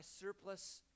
surplus